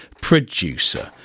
producer